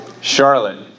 Charlotte